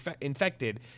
infected